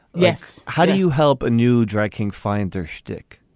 yes. how do you help a new drag king find their shtick